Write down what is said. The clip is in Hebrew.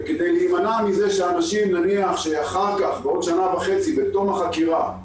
וכדי להימנע מזה שבעוד שנה וחצי, בתום החקירה,